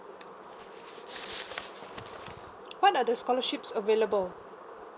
what are the scholarships available